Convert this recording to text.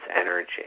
energy